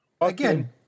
Again